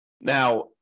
Now